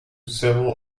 several